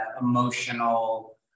emotional